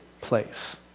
place